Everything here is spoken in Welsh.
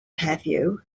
heddiw